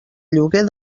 lloguer